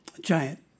giant